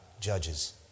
judges